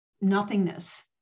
nothingness